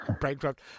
bankrupt